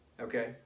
Okay